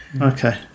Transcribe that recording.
okay